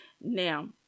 Now